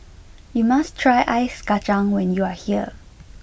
you must try Ice Kachang when you are here